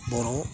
बर'